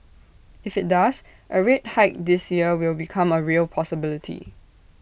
if IT does A rate hike this year will become A real possibility